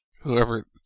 Whoever